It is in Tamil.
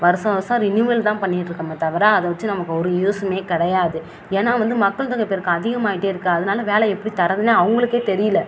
வருஷம் வருஷம் ரினிவல் தான் பண்ணிட்டுருக்கோமே தவிர அதை வச்சு நமக்கு ஒரு யூஸ்மே கிடையாது ஏன்னால் வந்து மக்கள்தொகை பெருக்கம் அதிகமாயிட்டே இருக்குது அதனால வேலை எப்படி தரதுனு அவங்களுக்கே தெரியல